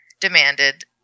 demanded